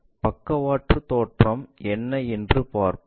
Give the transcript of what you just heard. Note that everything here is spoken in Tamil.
பக்கவாட்டுத் தோற்றம் என்ன என்று பார்ப்போம்